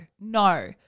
no